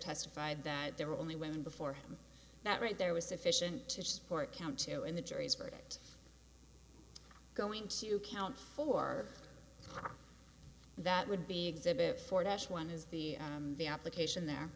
testified that there were only women before him that right there was sufficient to support count two in the jury's verdict going to count four that would be exhibit four dash one is the application there